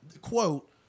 quote